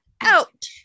out